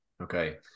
okay